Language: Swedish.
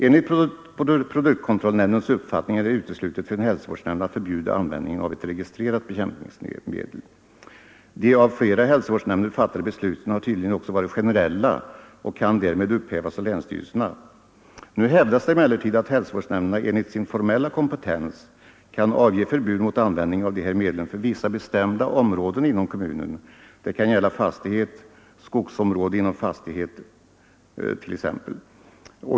Enligt produktkontrollnämndens uppfattning är det uteslutet för en hälsovårdsnämnd att förbjuda användningen av ett registrerat bekämpningsmedel. De av flera hälsovårdsnämnder fattade besluten har tydligen också varit generella och kan därmed upphävas av länsstyrelserna. Nu hävdas emellertid att hälsovårdsnämnderna enligt sin formella kompetens kan avge förbud mot användning av de här medlen för vissa bestämda områden inom kommunen — det kan gälla fastighet, skogsområde inom fastighet t.ex.